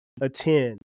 attend